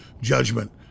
judgment